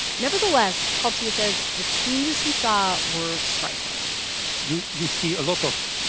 nevertheless, paul tjia says the changes he saw were striking you you see a lot of